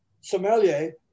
sommelier